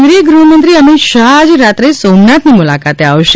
કેન્દ્રીય ગૃહમંત્રી અમિત શાહ આજે રાત્રે સોમનાથની મુલાકાતે આવશે